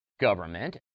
government